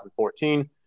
2014